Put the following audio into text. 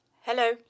Hello